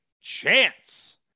chance